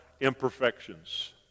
imperfections